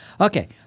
Okay